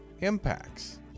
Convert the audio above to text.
impacts